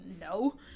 no